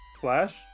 Flash